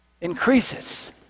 increases